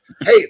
Hey